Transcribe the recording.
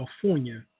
California